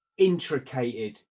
intricated